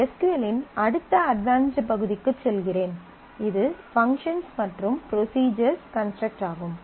S Q L இன் அடுத்த advanced பகுதிக்குச் செல்கிறேன் இது பங்க்ஷன்ஸ் மற்றும் ப்ரொஸிஜர்ஸ் கன்ஸ்ட்ரக்ட் ஆகும்